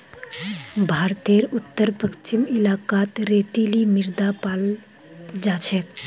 भारतेर उत्तर पश्चिम इलाकात रेतीली मृदा पाल जा छेक